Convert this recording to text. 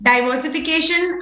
Diversification